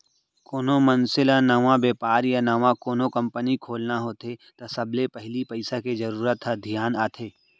कोनो मनसे ल नवा बेपार या नवा कोनो कंपनी खोलना होथे त सबले पहिली पइसा के जरूरत ह धियान आथे